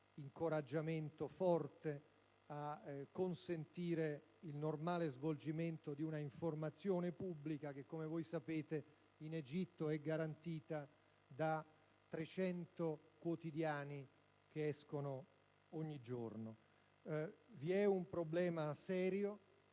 incoraggiamento affinché sia consentito il normale svolgimento di un'informazione pubblica che, come voi sapete, in Egitto è garantita da 300 quotidiani. Vi è un problema serio